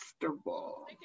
comfortable